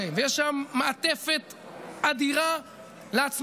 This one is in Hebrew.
הרי אף מילואימניק כזה לא מחזיק מעמד